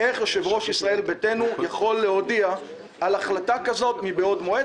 איך יושב-ראש ישראל ביתנו יכול להודיע על החלטה כזאת מבעוד מועד.